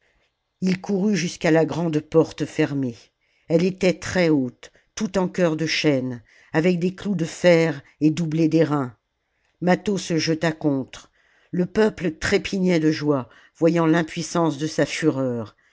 il courut jusqu'à la grande porte fermée elle était très haute toute en cœur de chêne avec des clous de fer et doublée d'airain mâtho se jeta contre le peuple trépignait de joie voyant l'impuissance de sa fureur